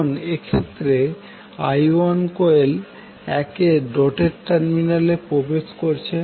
এখন এক্ষেত্রে i1 coil 1 এর ডটেড টার্মিনালে প্রবেশ করছে